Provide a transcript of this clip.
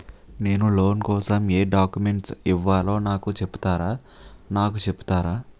నేను లోన్ కోసం ఎం డాక్యుమెంట్స్ ఇవ్వాలో నాకు చెపుతారా నాకు చెపుతారా?